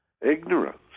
ignorance